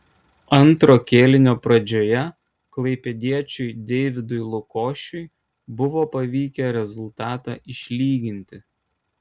antro kėlinio pradžioje klaipėdiečiui deividui lukošiui buvo pavykę rezultatą išlyginti